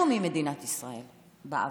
שנכחדו במדינת ישראל בעבר,